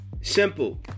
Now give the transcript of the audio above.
Simple